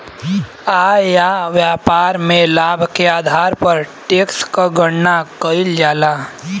आय या व्यापार में लाभ के आधार पर टैक्स क गणना कइल जाला